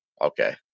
Okay